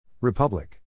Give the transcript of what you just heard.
Republic